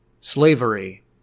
Slavery